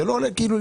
זה לא עולה לפעמים?